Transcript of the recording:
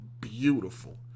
beautiful